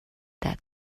that